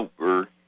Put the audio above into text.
over